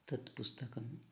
तत् पुस्तकम्